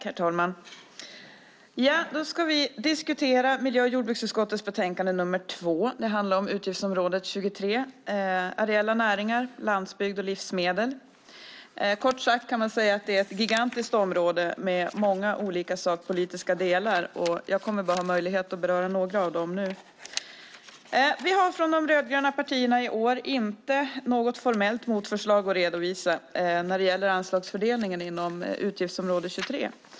Herr talman! Vi ska diskutera miljö och jordbruksutskottets betänkande nr 2. Det handlar om utgiftsområde 23, det vill säga areella näringar, landsbygd och livsmedel. Kort sagt kan man säga att det är ett gigantiskt område med många olika sakpolitiska delar, och jag kommer bara att ha möjlighet att beröra några av dem nu. Vi har från de rödgröna partierna i år inte något formellt motförslag att redovisa när det gäller anslagsfördelningen inom utgiftsområde 23.